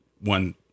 one